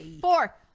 four